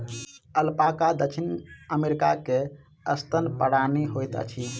alpaca दक्षिण America के सस्तन प्राणी होइत अछि